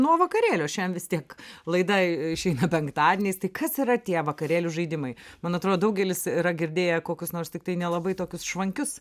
nuo vakarėlio šiandien vis tiek laida išeina penktadieniais tai kas yra tie vakarėlių žaidimai man atrodo daugelis yra girdėję kokius nors tiktai nelabai tokius švankius